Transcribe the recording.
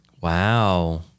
Wow